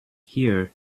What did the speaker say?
here